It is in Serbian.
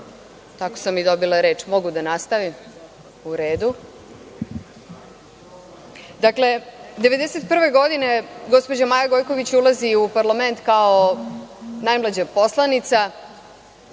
tako sam i dobila reč. Mogu da nastavim? U redu. Dakle, 1991. godine, gospođa Maja Gojković ulazi u parlament kao najmlađa poslanica,